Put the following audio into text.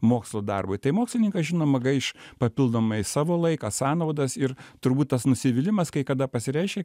mokslo darbui tai mokslininkas žinoma gaiš papildomai savo laiką sąnaudas ir turbūt tas nusivylimas kai kada pasireiškia